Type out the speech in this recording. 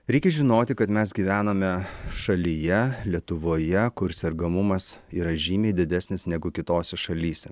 reikia žinoti kad mes gyvename šalyje lietuvoje kur sergamumas yra žymiai didesnis negu kitose šalyse